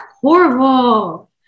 horrible